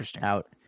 out